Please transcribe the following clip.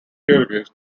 kyrgyz